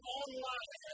online